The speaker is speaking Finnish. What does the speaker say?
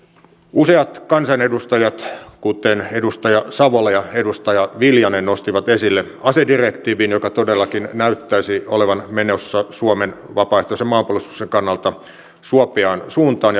useat kansanedustajat kuten edustaja savola ja edustaja viljanen nostivat esille asedirektiivin joka todellakin näyttäisi olevan menossa suomen vapaaehtoisen maanpuolustuksen kannalta suopeaan suuntaan